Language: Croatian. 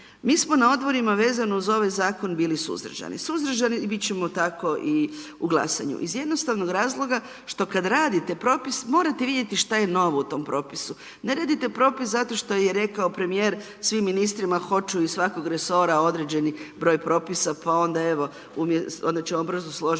Mi smo na odborima vezano za ovaj zakon bili suzdržani, suzdržani bit ćemo tako i u glasanju iz jednostavnog razloga što kad radite propis morate vidjeti šta je novo u tom propisu, ne radite propis zato što je rekao premijer svim ministrima hoću iz svakog resora određeni broj propisa pa onda evo, onda ćemo brzo složiti